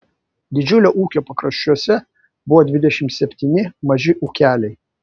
didžiulio ūkio pakraščiuose buvo dvidešimt septyni maži ūkeliai